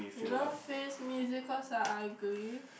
you don't want face me is it cause I ugly